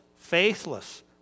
faithless